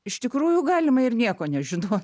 iš tikrųjų galima ir nieko nežinot